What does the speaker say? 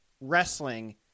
wrestling